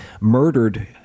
murdered